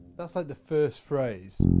that's like the first phrase.